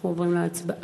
אנחנו עוברים להצבעה.